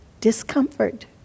discomfort